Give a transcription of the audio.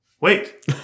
Wait